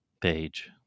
page